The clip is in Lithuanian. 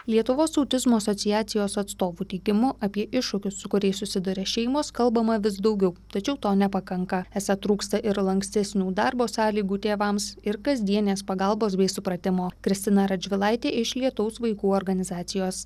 lietuvos autizmo asociacijos atstovų teigimu apie iššūkius su kuriais susiduria šeimos kalbama vis daugiau tačiau to nepakanka esą trūksta ir lankstesnių darbo sąlygų tėvams ir kasdienės pagalbos bei supratimo kristina radžvilaitė iš lietaus vaikų organizacijos